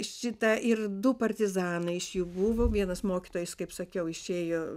šita ir du partizanai iš jų buvo vienas mokytojas kaip sakiau išėjo